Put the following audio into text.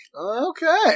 Okay